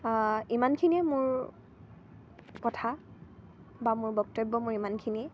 ইমানখিনিয়ে মোৰ কথা বা মোৰ বক্তব্য মোৰ ইমানখিনিয়ে